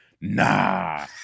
nah